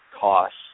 costs